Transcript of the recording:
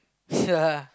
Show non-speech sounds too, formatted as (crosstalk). (laughs)